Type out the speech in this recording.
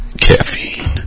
Caffeine